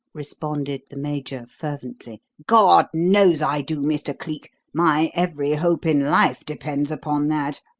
responded the major fervently. god knows i do, mr. cleek. my every hope in life depends upon that.